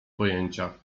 pojęcia